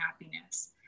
happiness